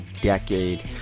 decade